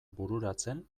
bururatzen